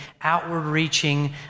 outward-reaching